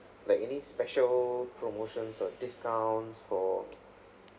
like any special promotions or discounts for